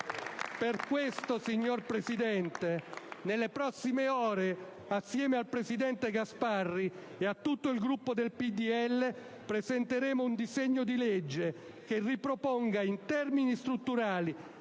Per questo, signor Presidente, nelle prossime ore insieme al presidente Gasparri e a tutto il Gruppo del PdL presenteremo un disegno di legge che riproponga in termini strutturali